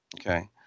Okay